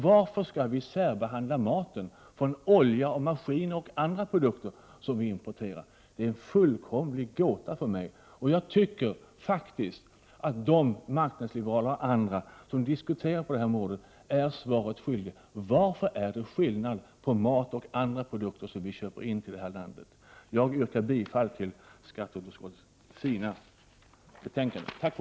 Varför skall vi särbehandla maten från oljor, maskiner och andra produkter som vi importerar? Det är en fullständig gåta för mig, och jag tycker faktiskt att de marknadsliberaler och andra som diskuterar på detta område är mig svaret skyldiga på frågan: Vad är det för skillnad mellan mat och andra produkter som vi importerar i vårt land? Jag yrkar bifall till skatteutskottets hemställan.